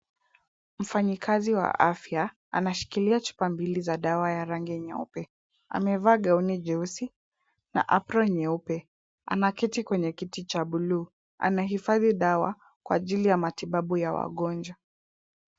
Mfanyikazi wa afya anashikilia chupa mbili za dawa ya rangi nyeupe. Amevaa gauni jeusi na apron nyeupe ,anaketi kwenye kiti cha bluu. Anahifadhi dawa kwa ajili ya matibabu ya wagonjwa.